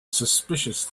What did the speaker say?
suspicious